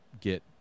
get